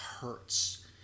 hurts